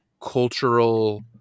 cultural